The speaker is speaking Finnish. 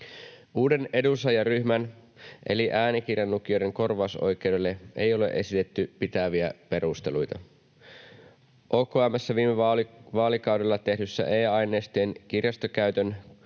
Uuden edunsaajaryhmän eli äänikirjan lukijoiden korvausoikeudelle ei ole esitetty pitäviä perusteluita. OKM:ssä viime vaalikaudella tehdyssä e-aineistojen kirjastokäytön